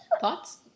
Thoughts